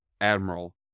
admiral